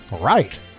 right